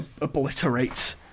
Obliterate